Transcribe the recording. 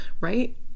Right